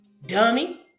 Dummy